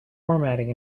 formatting